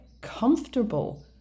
comfortable